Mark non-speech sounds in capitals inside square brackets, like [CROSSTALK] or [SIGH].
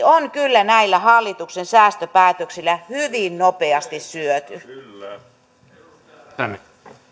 [UNINTELLIGIBLE] on kyllä näillä hallituksen säästöpäätöksillä hyvin nopeasti syöty arvoisa